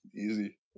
easy